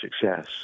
success